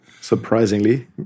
Surprisingly